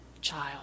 child